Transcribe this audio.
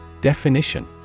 Definition